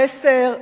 החסר,